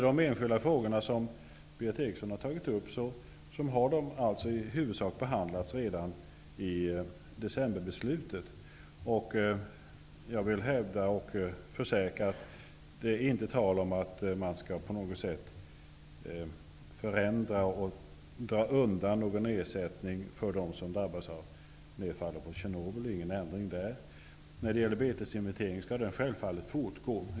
De enskilda frågor som Berith Eriksson tog upp har således i huvudsak behandlats redan i beslutet i december. Jag vill försäkra att det inte är tal om att man på något sätt skall förändra eller dra undan någon ersättning för dem som har drabbats av nedfall från Tjernobyl. Betesinventeringen skall självfallet fortgå.